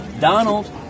Donald